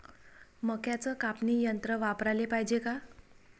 मक्क्याचं कापनी यंत्र वापराले पायजे का?